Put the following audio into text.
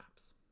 apps